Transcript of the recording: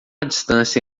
distância